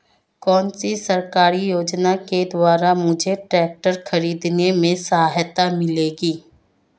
कौनसी सरकारी योजना के द्वारा मुझे ट्रैक्टर खरीदने में सहायता मिलेगी?